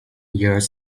years